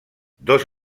dos